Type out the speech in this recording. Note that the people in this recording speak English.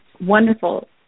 wonderful